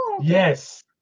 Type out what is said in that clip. Yes